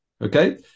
Okay